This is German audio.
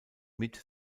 mit